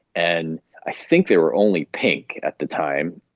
and i think they were only pink at the time.